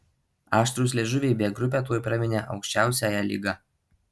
aštrūs liežuviai b grupę tuoj praminė aukščiausiąja lyga